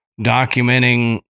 documenting